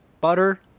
Butter